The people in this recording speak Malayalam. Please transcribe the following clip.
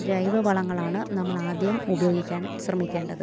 ജൈവ വളങ്ങളാണ് നമ്മളാദ്യം ഉപയോഗിക്കാൻ ശ്രമിക്കേണ്ടത്